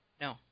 No